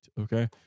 okay